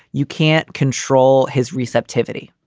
you can't control his receptivity.